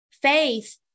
faith